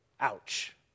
ouch